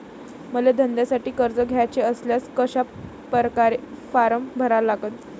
मले धंद्यासाठी कर्ज घ्याचे असल्यास कशा परकारे फारम भरा लागन?